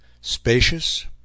Spacious